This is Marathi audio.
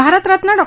भारतरत्न डॉ